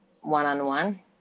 one-on-one